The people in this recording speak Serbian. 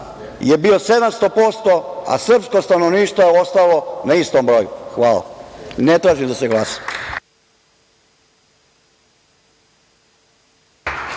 je bio 700%, a srpsko stanovništvo je ostalo na istom broju. Ne tražim da se glasa.